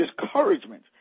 discouragement